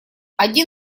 один